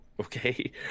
okay